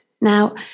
Now